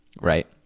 right